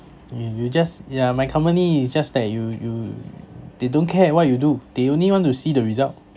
you you just yeah my company is just that you you they don't care what you do they only want to see the result